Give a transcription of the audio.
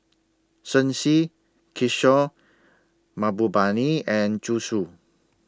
Shen Xi Kishore Mahbubani and Zhu Xu